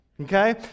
okay